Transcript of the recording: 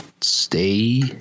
Stay